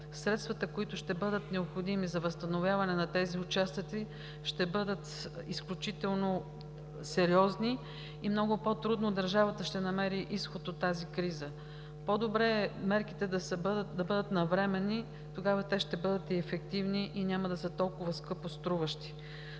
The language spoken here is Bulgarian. средствата, които ще бъдат необходими за възстановяване на тези участъци, ще бъдат изключително сериозни и много по-трудно държавата ще намери изход от тази криза. По-добре е мерките да бъдат навременни, а тогава те ще бъдат и ефективни, и няма да са толкова скъпоструващи.